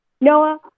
Noah